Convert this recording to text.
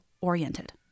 oriented